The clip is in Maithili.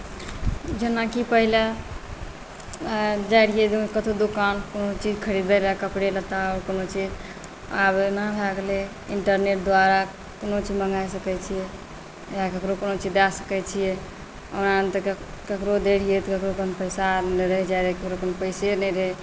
जेनाकि पहिले जाइत रहियै कतहु दुकान कोनो चीज खरीदै लेल कपड़े लत्ता कोनो चीज आब एना भए गेलै इन्टरनेट द्वारा कोनो चीज मङ्गा सकैत छियै या ककरो कोनो चीज दए सकैत छियै ओना तऽ ककरो दैत रहियै तऽ ककरो अपन पैसा रहि जाइत रहै ककरो कोनो पैसे नहि रहै